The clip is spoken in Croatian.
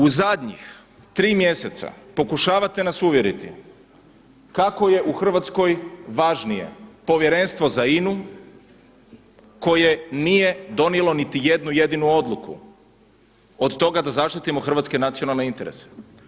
U zadnjih tri mjeseca pokušavate nas uvjeriti kako je u Hrvatskoj važnije povjerenstvo za INA-u koje nije donijelo niti jednu jedinu odluku, od toga da zaštitimo hrvatske nacionalne interesa.